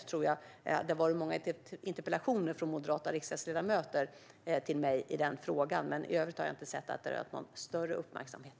Det har förvisso skrivits många interpellationer av moderata riksdagsledamöter till mig i den frågan, men i övrigt har jag inte sett att detta skulle ha rönt någon större uppmärksamhet.